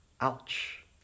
Ouch